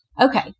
Okay